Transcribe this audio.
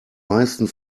meisten